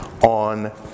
on